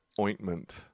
ointment